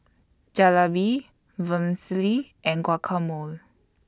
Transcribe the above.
Jalebi Vermicelli and Guacamole